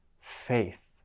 faith